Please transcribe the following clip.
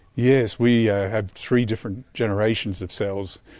yes, we have three different generations of cells,